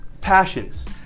passions